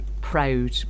proud